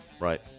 Right